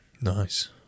Nice